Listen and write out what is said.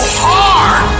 hard